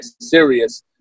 serious